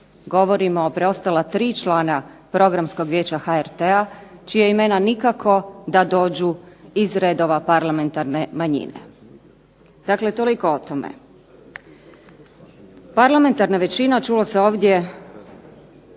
Govorimo o preostala tri člana Programskog vijeća HRT-a čija imena nikako da dođu iz redova parlamentarne manjine. Dakle, toliko o tome. Parlamentarna većina, čulo se ovdje,